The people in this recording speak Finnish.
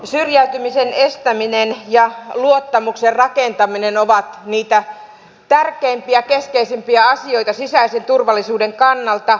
syrjäytymisen estäminen ja luottamuksen rakentaminen ovat niitä tärkeimpiä ja keskeisimpiä asioita sisäisen turvallisuuden kannalta